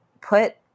put